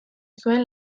zuen